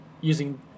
using